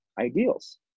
ideals